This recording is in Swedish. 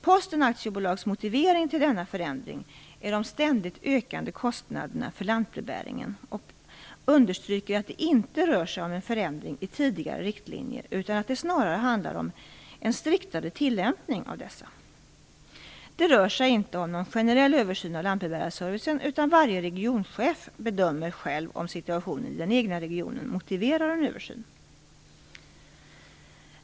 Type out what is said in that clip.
Posten AB:s motivering till denna förändring är de ständigt ökande kostnaderna för lantbrevbäringen, och man understryker att det inte rör sig om en förändring i tidigare riktlinjer utan att det snarare handlar om en striktare tillämpning av dessa. Det rör sig inte om någon generell översyn av lantbrevbärarservicen, utan varje regionchef bedömer själv om situationen i den egna regionen motiverar en översyn.